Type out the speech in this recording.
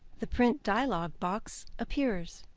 the print dialog box appears.